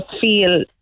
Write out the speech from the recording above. feel